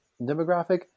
demographic